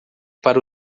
para